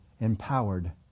empowered